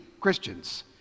Christians